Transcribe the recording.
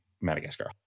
Madagascar